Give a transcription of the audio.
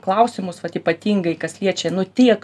klausimus vat ypatingai kas liečia nu tiek